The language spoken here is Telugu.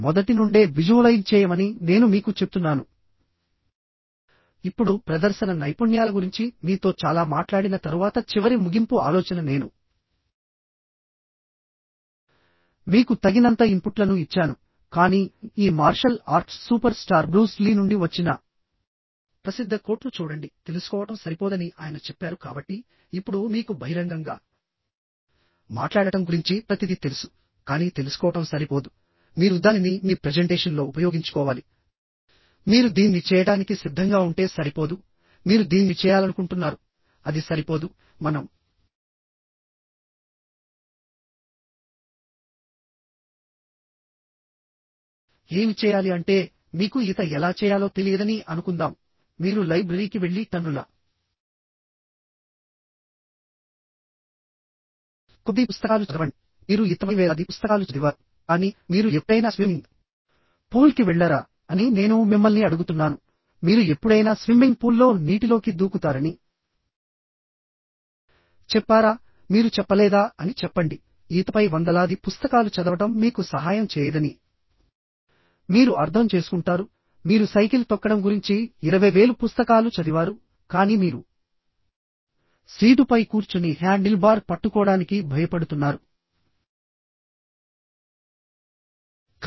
మొదటి నుండే విజువలైజ్ చేయమని నేను మీకు చెప్తున్నాను ఇప్పుడు ప్రదర్శన నైపుణ్యాల గురించి మీతో చాలా మాట్లాడిన తరువాత చివరి ముగింపు ఆలోచన నేను మీకు తగినంత ఇన్పుట్లను ఇచ్చాను కానీ ఈ martial arts super star Bruce Lee నుండి వచ్చిన ప్రసిద్ధ కోట్ను చూడండి తెలుసుకోవడం సరిపోదని ఆయన చెప్పారు కాబట్టి ఇప్పుడు మీకు బహిరంగంగా మాట్లాడటం గురించి ప్రతిదీ తెలుసు కానీ తెలుసుకోవడం సరిపోదు మీరు దానిని మీ ప్రెజెంటేషన్లో ఉపయోగించుకోవాలి మీరు దీన్ని చేయడానికి సిద్ధంగా ఉంటే సరిపోదుమీరు దీన్ని చేయాలనుకుంటున్నారు అది సరిపోదు మనం ఏమి చేయాలి అంటే మీకు ఈత ఎలా చేయాలో తెలియదని అనుకుందాం మీరు లైబ్రరీకి వెళ్లి టన్నుల కొద్దీ పుస్తకాలు చదవండి మీరు ఈతపై వేలాది పుస్తకాలు చదివారు కానీ మీరు ఎప్పుడైనా స్విమ్మింగ్ పూల్ కి వెళ్లారా అని నేను మిమ్మల్ని అడుగుతున్నానుమీరు ఎప్పుడైనా స్విమ్మింగ్ పూల్ లో నీటిలోకి దూకుతారని చెప్పారా మీరు చెప్పలేదా అని చెప్పండి ఈతపై వందలాది పుస్తకాలు చదవడం మీకు సహాయం చేయదని మీరు అర్థం చేసుకుంటారు మీరు సైకిల్ తొక్కడం గురించి 20000 పుస్తకాలు చదివారుకానీ మీరు సీటుపై కూర్చుని హ్యాండిల్ బార్ పట్టుకోడానికి భయపడుతున్నారు